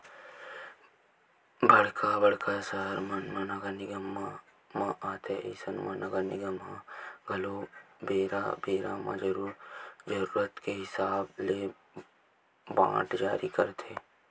बड़का बड़का सहर मन ह नगर निगम मन म आथे अइसन म नगर निगम मन ह घलो बेरा बेरा म जरुरत के हिसाब ले बांड जारी करथे